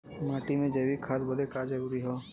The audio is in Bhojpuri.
माटी में जैविक खाद बदे का का जरूरी ह?